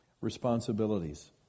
Responsibilities